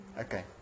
okay